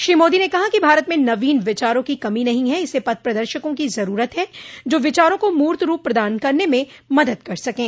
श्री मोदी ने कहा कि भारत में नवीन विचारों की कमी नहीं है इसे पथ प्रदर्शकों की जरूरत है जो विचारों को मूर्त रूप प्रदान करने में मदद कर सकें